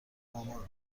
مامان